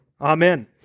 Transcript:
Amen